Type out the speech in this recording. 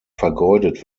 vergeudet